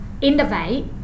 innovate